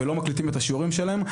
ולא מקליטים את השיעורים שלהם,